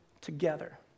together